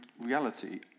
reality